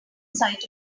sight